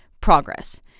progress